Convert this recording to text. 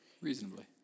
reasonably